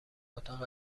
اتاق